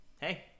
hey